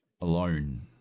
alone